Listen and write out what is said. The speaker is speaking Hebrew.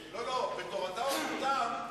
אותם.